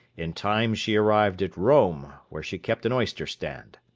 in time she arrived at rome, where she kept an oyster-stand.